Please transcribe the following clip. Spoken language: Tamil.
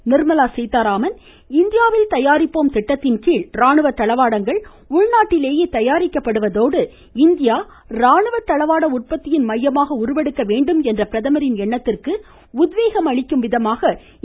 நிர்மலா சீத்தாராமன் இந்தியாவில் தயாரிப்போம் திட்டத்தின்கீழ் ராணுவ தளவாடங்கள் உள்நாட்டிலேயே தயாரிக்கப்படுவதோடு இந்தியா ராணுவ தளவாட உற்பத்தியின் மையமாக உருவெடுக்க வேண்டும் என்ற பிரதமரின் எண்ணத்திற்கு உத்வேகம் அளிக்கும் விதமாக இந்த கண்காட்சி அமைந்துள்ளதாக குறிப்பிட்டார்